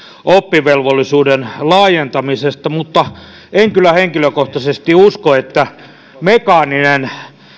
oppivelvollisuuden laajentamisesta mutta en kyllä henkilökohtaisesti usko että mekaaninen